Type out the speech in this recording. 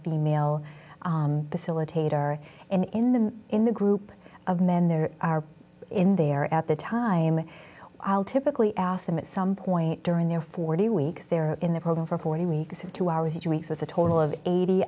female facilitator and in the in the group of men there are in there at the time i'll typically ask them at some point during their forty weeks they're in the program for forty weeks of two hours if you weeks with a total of eighty